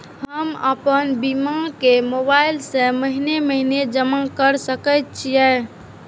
हम आपन बीमा के मोबाईल से महीने महीने जमा कर सके छिये?